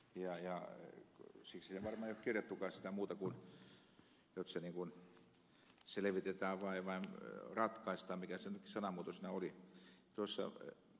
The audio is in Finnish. siksi sinne ei varmaan ole kirjattukaan muuta kuin että selvitetään tai ratkaistaan mikä se sanamuoto siinä nyt oli